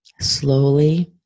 slowly